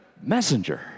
messenger